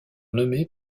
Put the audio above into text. nommés